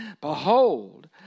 Behold